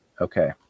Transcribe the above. okay